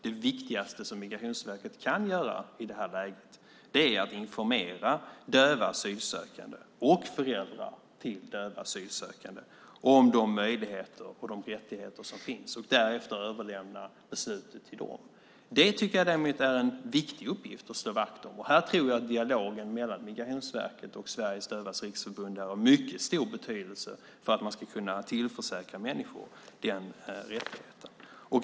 Det viktigaste som Migrationsverket i det här läget kan göra är att informera döva asylsökande och föräldrar till döva asylsökande om de möjligheter och rättigheter som finns och därefter överlämna beslutet till dem. Det tycker jag däremot är en viktig uppgift att slå vakt om. Här tror jag att dialogen mellan Migrationsverket och Sveriges Dövas Riksförbund är av mycket stor betydelse för att man ska kunna tillförsäkra människor den rättigheten.